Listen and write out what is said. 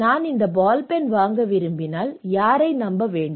நான் இந்த ball pen வாங்க விரும்பினால் நான் யாரை நம்ப வேண்டும்